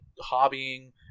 hobbying